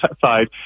side